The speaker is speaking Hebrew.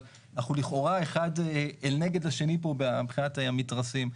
אבל אנחנו לכאורה אחד אל נגד השני פה מבחינת המתרסים.